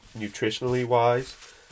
nutritionally-wise